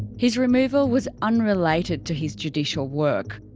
his removal was unrelated to his judicial work.